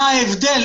מה ההבדל?